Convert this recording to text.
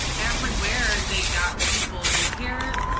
everywhere they got people like here.